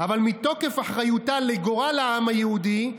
אבל מתוקף אחריותה לגורל העם היהודי,